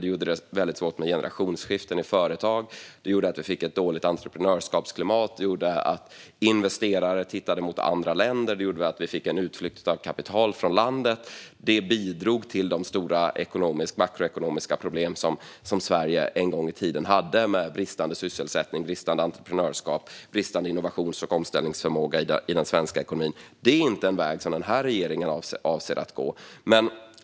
Den gjorde det väldigt svårt med generationsskiften i företag. Den gjorde att vi fick ett dåligt entreprenörskapsklimat. Den gjorde att investerare tittade mot andra länder. Den gjorde att vi fick en utflytt av kapital från landet. Allt detta bidrog till de stora makroekonomiska problem som Sverige en gång i tiden hade med bristande sysselsättning, entreprenörskap och innovations och omställningsförmåga i den svenska ekonomin. Det är inte en väg som den här regeringen avser att gå.